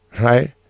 right